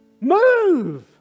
Move